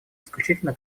исключительно